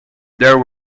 there